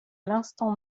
l’instant